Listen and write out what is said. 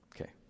Okay